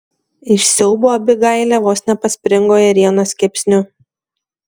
iš siaubo abigailė vos nepaspringo ėrienos kepsniu